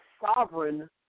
sovereign